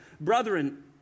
brethren